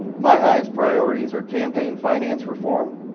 my highest priorities are campaign finance reform,